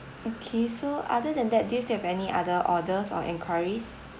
okay so other than that do you still have any other orders or enquiries